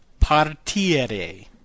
partire